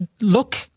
look